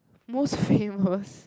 most famous